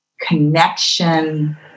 connection